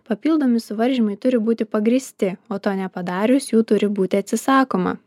papildomi suvaržymai turi būti pagrįsti o to nepadarius jų turi būti atsisakoma